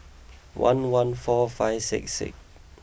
one one four five six six